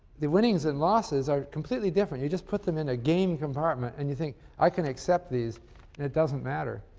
the winnings and losses are completely different. you just put them in a game compartment and you think, i can accept these and it doesn't matter.